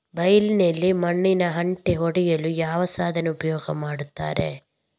ಬೈಲಿನಲ್ಲಿ ಮಣ್ಣಿನ ಹೆಂಟೆ ಒಡೆಯಲು ಯಾವ ಸಾಧನ ಉಪಯೋಗ ಮಾಡುತ್ತಾರೆ?